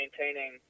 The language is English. maintaining